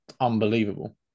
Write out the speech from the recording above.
unbelievable